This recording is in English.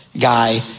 guy